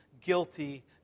guilty